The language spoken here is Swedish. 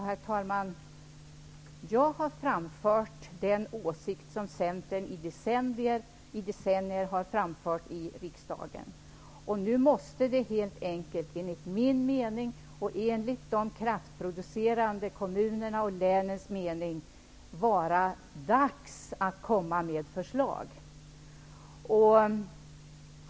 Herr talman! Jag framförde den åsikt som Centern i decennier fört fram i riksdagen. Nu måste det enligt min mening och enligt de kraftproducerande kommunernas och länens mening vara dags att komma med ett förslag.